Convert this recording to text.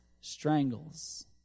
strangles